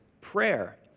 prayer